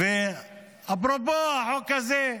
אפרופו, החוק הזה,